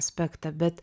aspektą bet